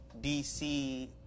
DC